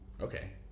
Okay